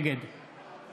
נגד